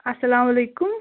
اَسلامُ علیکُم